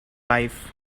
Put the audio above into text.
life